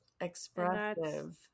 Expressive